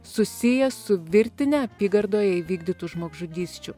susiję su virtine apygardoje įvykdytų žmogžudysčių